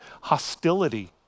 hostility